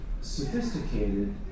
sophisticated